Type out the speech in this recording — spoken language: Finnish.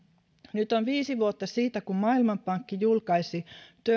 nyt on viisi vuotta siitä kun maailmanpankki julkaisi turn